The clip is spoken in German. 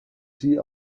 sie